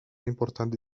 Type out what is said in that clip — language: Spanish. importante